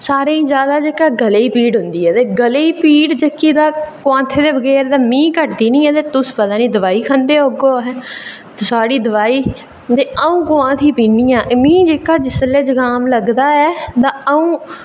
सारें गी जेह्का तां गलै गी पीड़ होंदी ऐ ते गलै गी पीड़ तां कांथै दे बगैर मिगी ते घटदी निं ऐ ते तुस पता निं दोआई खंदे ओ कि ते साढ़ी दोआई ते मिगी जेह्का जिसलै जुकाम लगदा ऐ ते अ'ऊं